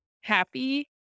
happy